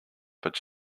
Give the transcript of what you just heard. but